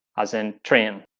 as in train.